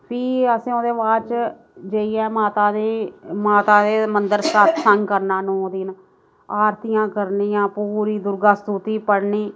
भी अस ओह्दे बाद च जेइयै माता दे माता दे मदंर सत्संग करना नौ दिन आरतियां करनियां पूरी दुर्गा स्तुति पढ़नी